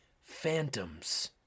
phantoms